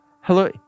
Hello